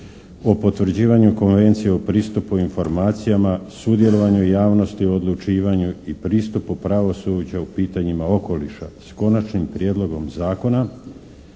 o potvrđivanju Konvencije o pristupu informacijama, sudjelovanju javnosti u odlučivanju i pristupu pravosuđu u pitanjima okoliša s Konačnim prijedlogom Zakona